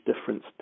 difference